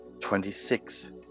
Twenty-six